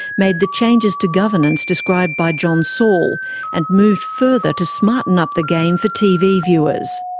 made the changes to governance described by john saul and moved further to smarten up the game for tv viewers.